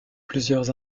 plusieurs